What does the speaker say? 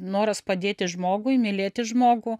noras padėti žmogui mylėti žmogų